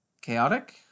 Chaotic